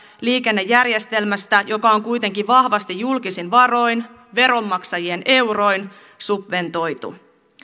liikennejärjestelmästä joka on kuitenkin vahvasti julkisin varoin veronmaksajien euroin subventoitu